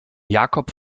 jacob